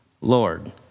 lord